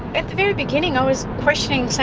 at the very beginning i was questioning, so